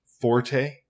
forte